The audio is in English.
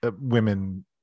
women